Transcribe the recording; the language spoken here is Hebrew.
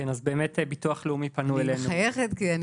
אז באמת ביטוח לאומי פנו אלינו --- אני מחייכת כי אני